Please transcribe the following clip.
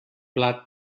plat